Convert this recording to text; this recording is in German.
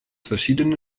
verschiedene